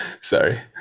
sorry